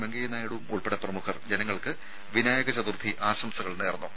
വെങ്കയ്യ നായിഡുവും ഉൾപ്പെടെ പ്രമുഖർ ജനങ്ങൾക്ക് വിനായക ചതുർത്ഥി ആശംസകൾ നേർന്നു